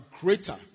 greater